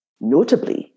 Notably